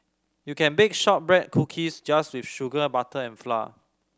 you can bake shortbread cookies just with sugar butter and flour